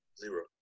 Zero